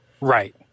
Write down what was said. Right